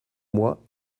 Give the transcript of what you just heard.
moi